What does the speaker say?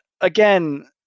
again